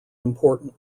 important